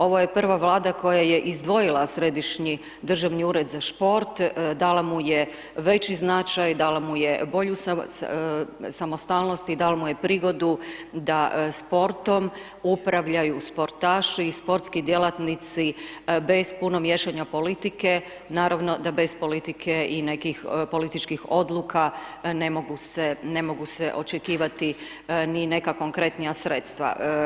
Ovo je prva vlada, koja je izdvojila središnji državni ured za šport, dala mu je veći značaj, dala mu je bolju samostalnost i dala mu je prigodom, da sportom upravljaju sportaši i sportski djelatnici, bez puno miješanja politike, naravno da bez politike i nekih političkih odluka ne mogu se očekivati ni neka konkretnija sredstva.